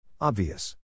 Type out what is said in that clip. Obvious